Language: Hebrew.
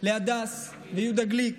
להדס וליהודה גליק